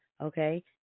Okay